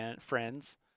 friends